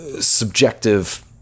subjective